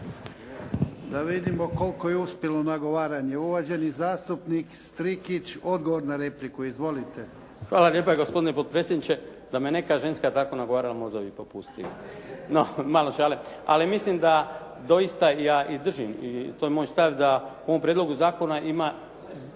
Da vidimo koliko je uspjelo nagovaranje. Uvaženi zastupnik Strikić, odgovor na repliku. Izvolite. **Strikić, Nedjeljko (HDZ)** Hvala lijepa gospodine potpredsjedniče. Da me neka ženska tako nagovarala možda bih popustio. No, malo šale. Ali mislim da doista ja i držim i to je moj stav da u ovom prijedlogu zakona ima